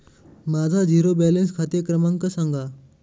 माझा zero balance खाते क्रमांक सांगा